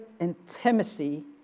intimacy